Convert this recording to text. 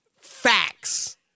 facts